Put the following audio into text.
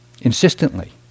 insistently